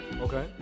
Okay